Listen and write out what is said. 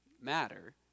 matter